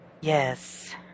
Yes